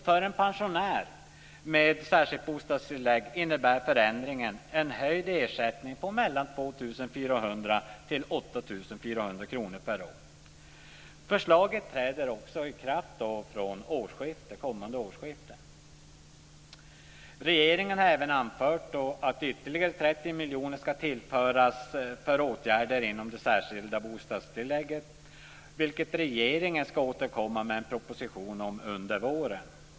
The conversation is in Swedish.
För en pensionär med särskilt bostadstillägg innebär förändringen en höjd ersättning på mellan 2 400 kr och Regeringen har även anfört att ytterligare 30 miljoner ska tillföras för åtgärder inom det särskilda bostadstillägget. Regeringen kommer att återkomma till detta i en proposition under våren.